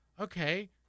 okay